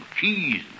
keys